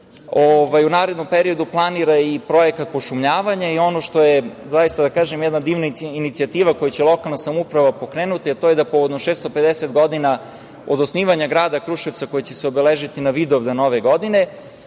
u narednom periodu planira i projekat pošumljavanja. Ono što je zaista, da kažem, jedna divna inicijativa koju će lokalna samouprava pokrenuti, a to je da povodom 650 godina od osnivanja grada Kruševca, koje će se obeležiti na Vidovdan ove godine,